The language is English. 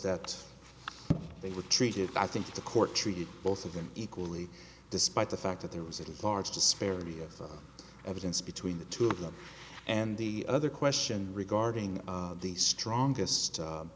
that they were treated i think the court treated both of them equally despite the fact that there was a large disparity of evidence between the two of them and the other question regarding the strongest